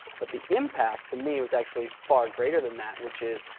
but the impact to me was actually far greater than that which is,